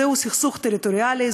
זהו סכסוך טריטוריאלי,